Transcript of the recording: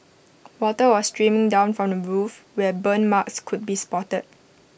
water was streaming down from the roof where burn marks could be spotted